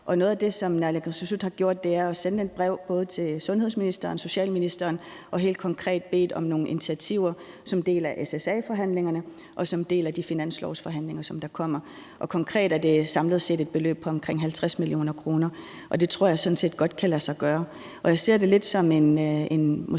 noget af det, som naalakkersuisut har gjort, er at sende et brev både til sundhedsministeren og socialministeren og helt konkret bedt om nogle initiativer som en del af SSA-forhandlingerne og som en del af de finanslovsforhandlinger, der kommer. Konkret er det samlet set et beløb på omkring 50 mio. kr., og det tror jeg sådan set godt kan lade sig gøre. Jeg ser det lidt som en